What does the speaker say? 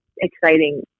exciting